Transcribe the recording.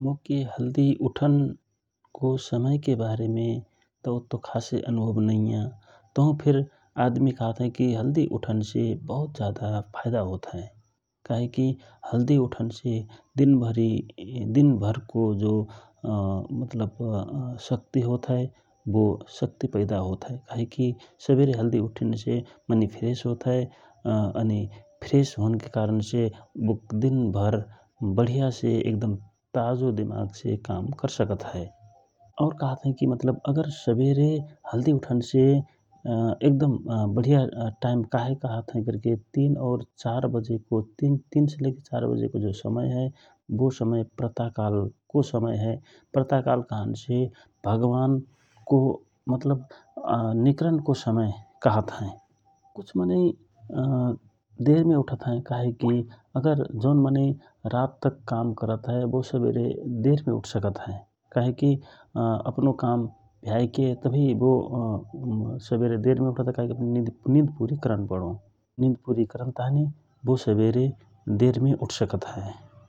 मोके हल्दि उठन समयके बारेमे उते जानकारी त नइया तहु फिर बहुत से आदमी कहत हए कि हल्दि उठनसे दिन भरिको दिनभरको जो मतलब शक्ति होत हए । बो शक्ति पैदा होत हए । सुवेरे हल्दि उठने मनै फ्रेस होत हए । अनि फ्रेस होन के कारण से बुक दिन भर बढिया से एक दम ताजो दिमाग से काम करसकत हए । और काहत हए कि सवेरे हल्दि उठनसे एक दम वढिया टाइम काहे कहत हए कहेसे तिन और चार बजेको जो समय हए बो समय प्रतःकालको समय हए । प्रतःकाल कहन से भगवान को मतलब निकरनको समय कहत हए । कुछ मनै देरमे उठत हए कहे कि जौन मनै अवेर रात तक काम करत हए बो सवेरे देरमे उठसकत हए । अफनो काम भ्याके तवहि बो सबेरे देरमे उठत हए कहेकि निध पुरी करन पडो निध पुरि करन ताँहि बो सबेरे देरमे उठत हए ।